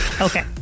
okay